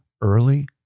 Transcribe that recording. early